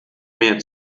mehr